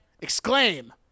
Exclaim